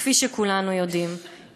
כפי שכולנו יודעים,